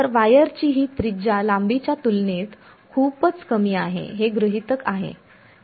तर वायरची ही त्रिज्या लांबीच्या तुलनेत खूपच कमी आहे हे गृहीतक आहे ठीक आहे